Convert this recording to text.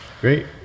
Great